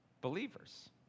believers